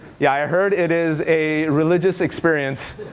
yeah, i heard it is a religious experience,